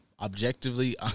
objectively